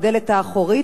בדלת האחורית,